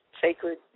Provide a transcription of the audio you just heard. sacred